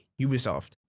Ubisoft